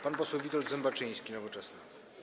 Pan poseł Witold Zembaczyński, Nowoczesna.